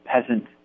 peasant